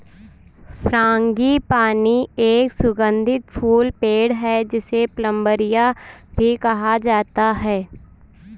frangipani एक सुगंधित फूल पेड़ है, जिसे प्लंबरिया भी कहा जाता है